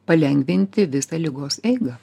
palengvinti visą ligos eigą